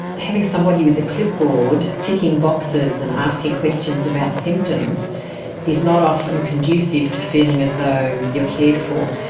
having somebody with a clipboard ticking boxes boxes and asking questions about symptoms is not often conducive to feeling as though you are cared for.